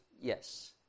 Yes